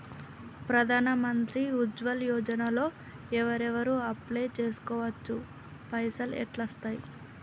ప్రధాన మంత్రి ఉజ్వల్ యోజన లో ఎవరెవరు అప్లయ్ చేస్కోవచ్చు? పైసల్ ఎట్లస్తయి?